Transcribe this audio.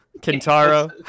Kintaro